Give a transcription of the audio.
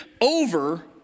over